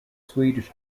swedish